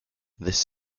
this